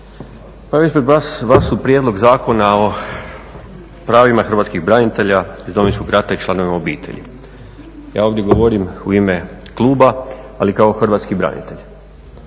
Pa ispred vas su Prijedlog zakona o pravima hrvatskih branitelja iz Domovinskog rata i članovima obitelji. Ja ovdje govorim u ime kluba, ali kao hrvatski branitelj.